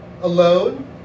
alone